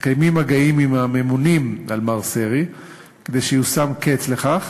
מתקיימים מגעים עם הממונים על מר סרי כדי שיושם קץ לכך,